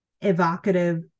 evocative